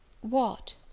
What